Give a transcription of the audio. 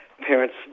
parents